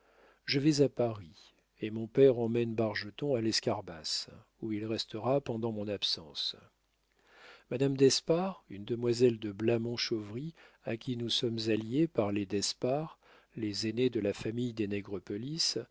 je vais à paris et mon père emmène bargeton à l'escarbas où il restera pendant mon absence madame d'espard une demoiselle de blamont-chauvry à qui nous sommes alliés par les d'espard les aînés de la famille des nègrepelisse